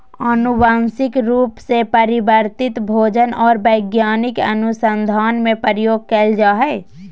आनुवंशिक रूप से परिवर्तित भोजन और वैज्ञानिक अनुसन्धान में प्रयोग कइल जा हइ